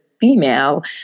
female